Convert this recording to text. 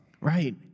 Right